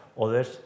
others